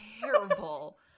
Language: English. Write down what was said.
terrible